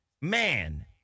Man